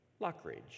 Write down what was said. Lockridge